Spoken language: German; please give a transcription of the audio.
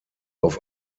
auf